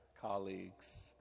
colleagues